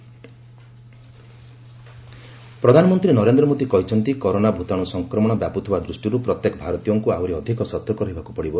PM nine calls ପ୍ରଧାନମନ୍ତ୍ରୀ ନରେନ୍ଦ୍ର ମୋଦୀ କହିଛନ୍ତି corona ଭତାଣ୍ର ସଂକ୍ରମଣ ବ୍ୟାପ୍ରଥିବା ଦୃଷ୍ଟିର୍ ପ୍ରତ୍ୟେକ ଭାରତୀୟଙ୍କ ଆହୁରି ଅଧିକ ସତର୍କ ରହିବାକୃ ପଡ଼ିବ